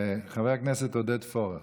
חבר הכנסת עודד פורר.